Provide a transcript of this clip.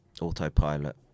autopilot